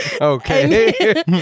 okay